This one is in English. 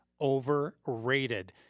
overrated